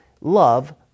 love